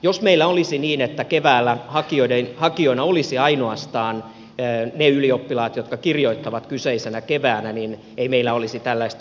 jos meillä olisi niin että keväällä hakijoina olisivat ainoastaan ne ylioppilaat jotka kirjoittavat kyseisenä keväänä ei meillä olisi tällaista ongelmaa